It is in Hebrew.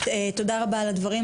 תודה רבה על הדברים,